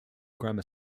grammar